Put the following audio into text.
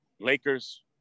Lakers